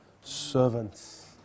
servants